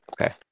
Okay